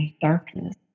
darkness